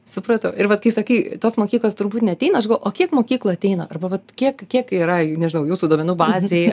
supratau ir vat kai sakei tos mokyklos turbūt neateina o kiek mokyklų ateina arba vat kiek kiek yra nežinau jūsų duomenų bazėj